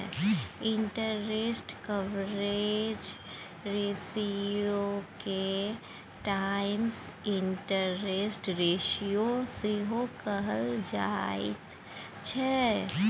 interest coverage रेशियोके times interest ratio सेहो कहल जाइत छै